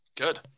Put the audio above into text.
Good